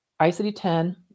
ICD-10